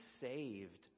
saved